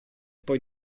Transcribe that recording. poi